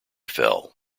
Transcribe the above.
fell